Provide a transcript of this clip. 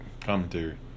commentary